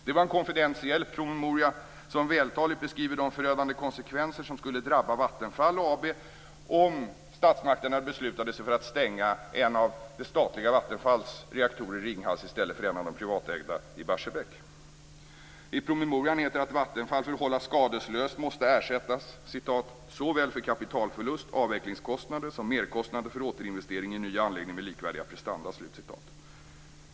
Det var en konfidentiell promemoria som vältaligt beskriver de förödande konsekvenser som skulle drabba Vattenfall AB om statsmakterna beslutade sig för att stänga en av det statliga Vattenfalls reaktorer i I promemorian heter det att Vattenfall för att hållas skadeslöst måste ersättas såväl för kapitalförlust och avvecklingskostnader som för merkostnader för återinvestering i ny anläggning med likvärdig prestanda.